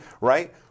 right